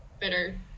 better